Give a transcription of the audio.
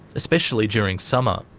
especially during summer.